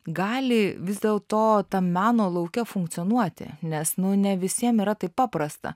gali vis dėl to tam meno lauke funkcionuoti nes nu ne visiem yra taip paprasta